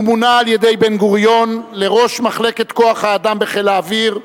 הוא מונה על-ידי בן-גוריון לראש מחלקת כוח-האדם בחיל האוויר,